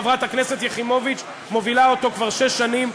חברת הכנסת יחימוביץ מובילה אותו כבר שש שנים,